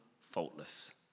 faultless